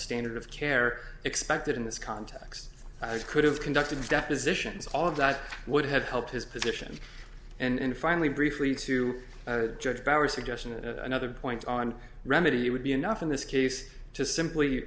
standard of care expected in this context i could have conducted depositions all of that would have helped his position and finally briefly to judge by our suggestion that another point on remedy would be enough in this case to simply